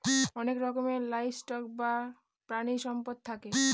অনেক রকমের livestock বা প্রানীসম্পদ থাকে